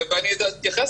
היטב.